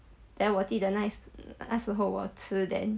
then 我记得那那时候我吃 then